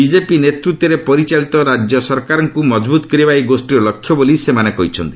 BJP ନେତୃତ୍ୱରେ ପରିଚାଳିତ ରାଜ୍ୟ ସରକାରକୁ ମଜବୁତ କରିବା ଏହି ଗୋଷୀର ଲକ୍ଷ୍ୟ ବୋଲି ସେମାନେ କହିଛନ୍ତି